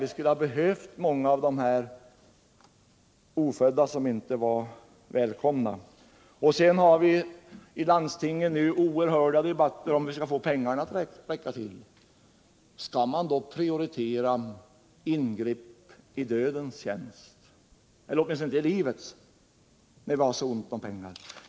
Vi hade behövt många av de ofödda barn som inte var välkomna. I landstingen förs oerhörda debatter om hur man skall få pengarna att räcka. Skall man prioritera ingrepp i dödens tjänst — eller åtminstone inte i livets — när man har så ont om pengar?